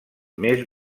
més